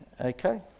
Okay